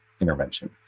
intervention